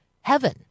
heaven